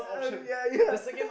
uh yeah yeah